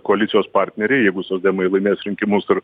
koalicijos partneriai jeigu socdemai laimės rinkimus ir